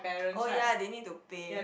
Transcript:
oh ya they need to pay